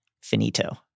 finito